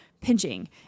pinching